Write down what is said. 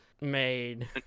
made